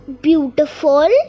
beautiful